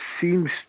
seems